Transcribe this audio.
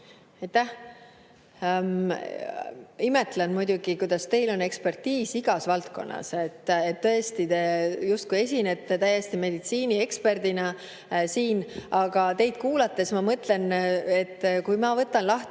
imetlen muidugi, kuidas teil on ekspertiis igas valdkonnas. Tõesti, te justkui esinete siin täiesti meditsiinieksperdina. Aga teid kuulates ma mõtlen, et kui ma võtan lahti